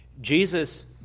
Jesus